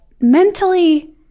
mentally